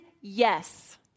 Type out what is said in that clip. Yes